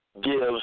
gives